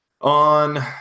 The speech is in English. on